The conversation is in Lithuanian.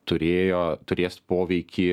turėjo turės poveikį